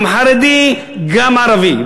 גם חרדי, גם ערבי.